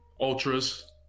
ultras